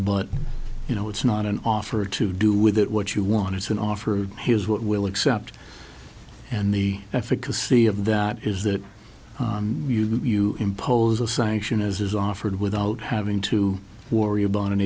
but you know it's not an offer to do with it what you want it's an offer here's what we'll accept and the efficacy of that is that you impose a sanction as is offered without having to worry about an